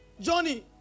Johnny